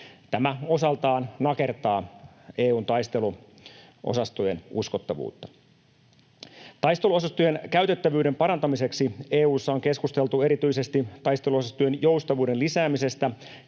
Tämä osaltaan nakertaa EU:n taisteluosastojen uskottavuutta. Taisteluosastojen käytettävyyden parantamiseksi EU:ssa on keskusteltu erityisesti taisteluosastojen joustavuuden lisäämisestä